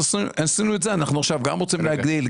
שעשינו את זה אנחנו עכשיו רוצים גם להגדיל.